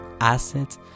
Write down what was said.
asset